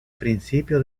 principio